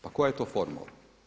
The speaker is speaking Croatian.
Pa koja je to formula?